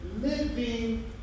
living